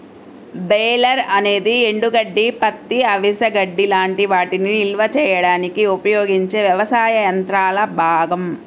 baler అనేది ఎండుగడ్డి, పత్తి, అవిసె గడ్డి లాంటి వాటిని నిల్వ చేయడానికి ఉపయోగించే వ్యవసాయ యంత్రాల భాగం